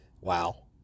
wow